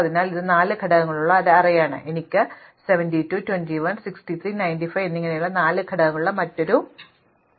അതിനാൽ ഇത് 4 ഘടകങ്ങളുള്ള ഒരു അറേയാണ് എനിക്ക് 72 21 63 95 എന്നിങ്ങനെയുള്ള 4 ഘടകങ്ങളുടെ മറ്റൊരു നിരയുണ്ട്